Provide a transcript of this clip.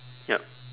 yup